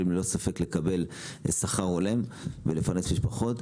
ללא ספק לקבל שכר הולם ולפרנס משפחות,